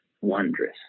wondrous